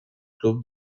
club